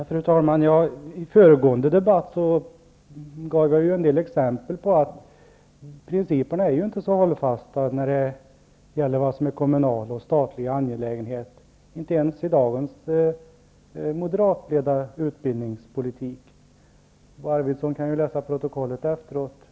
Fru talman! I föregående debatt gav jag en del exempel på att principerna inte är så hållfasta när det gäller vad som är kommunala och statliga angelägenheter, inte ens i dagens moderatledda utbildningspolitik. Bo Arvidson kan ju läsa protokollet efteråt.